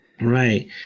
Right